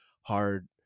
hard